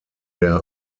der